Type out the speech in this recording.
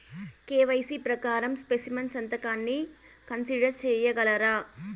KYC ప్రకారం specimen సంతకాన్ని consider సేయగలరా?